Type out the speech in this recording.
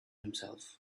himself